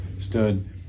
stood